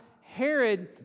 Herod